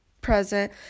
present